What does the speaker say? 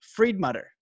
Friedmutter